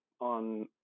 on